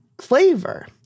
flavor